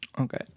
Okay